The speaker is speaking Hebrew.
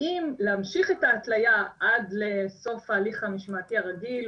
אם להמשיך את ההתליה עד לסוף ההליך המשמעתי הרגיל,